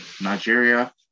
Nigeria